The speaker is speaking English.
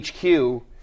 HQ